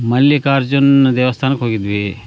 ಮಲ್ಲಿಕಾರ್ಜುನ ದೇವಸ್ಥಾನಕ್ಕೆ ಹೋಗಿದ್ವಿ